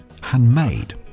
handmade